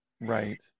right